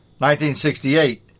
1968